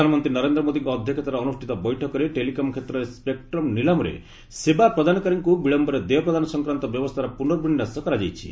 ପ୍ରଧାନମନ୍ତ୍ରୀ ନରେନ୍ଦ୍ର ମୋଦିଙ୍କ ଅଧ୍ୟକ୍ଷତାରେ ଅନୁଷ୍ଠିତ ବୈଠକରେ ଟେଲିକମ୍ କ୍ଷେତ୍ରରେ ସେକ୍ଟ୍ରମ୍ ନିଲାମକୁ ସେବା ପ୍ରଦାନକାରୀଙ୍କୁ ବିଳୟରେ ଦେୟ ପ୍ରଦାନ ସଂକ୍ରାନ୍ତ ବ୍ୟବସ୍ଥାର ପୁନର୍ବିନ୍ୟାସ କରାଯାଇଛି